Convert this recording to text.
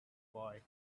boy